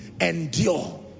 endure